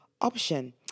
option